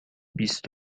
بیست